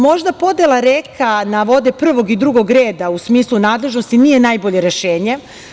Možda podela reka na vode prvog i drugog reda u smislu nadležnosti nije najbolje rešenje.